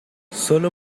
sólo